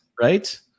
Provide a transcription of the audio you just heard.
Right